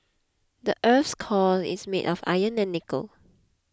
the earth's core is made of iron and nickel